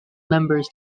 members